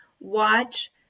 watch